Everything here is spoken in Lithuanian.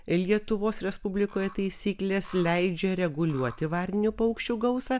lietuvos respublikoje taisyklės leidžia reguliuoti varninių paukščių gausą